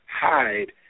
hide